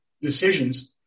decisions